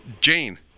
Jane